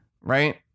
right